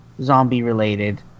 zombie-related